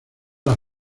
las